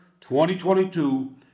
2022